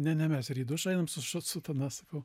ne ne mes ir į dušą einam su ši sutana sakau